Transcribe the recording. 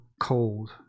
cold